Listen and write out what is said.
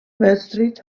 wedstriid